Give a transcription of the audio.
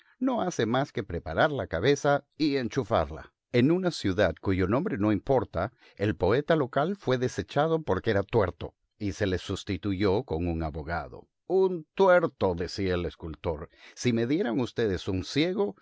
no hace más que preparar la cabeza y enchufarla en una ciudad cuyo nombre no importa el poeta local fue desechado porque era tuerto y se le sustituyó con un abogado un tuerto decía el escultor si me dieran ustedes un ciego